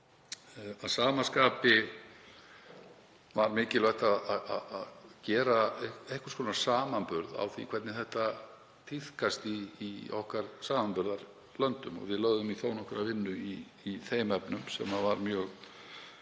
Að sama skapi var mikilvægt að gera einhvers konar samanburð á því hvernig þetta tíðkast í samanburðarlöndum okkar. Við lögðum í þó nokkra vinnu í þeim efnum, sem var mjög